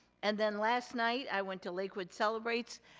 and then last night, i went to lakewood celebrates.